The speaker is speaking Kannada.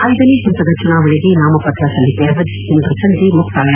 ಐದನೇ ಹಂತದ ಚುನಾವಣೆಗೆ ನಾಮಪತ್ರ ಸಲ್ಲಿಕೆ ಅವಧಿ ಇಂದು ಸಂಜೆ ಮುಕ್ತಾಯ